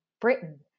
Britain